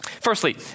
Firstly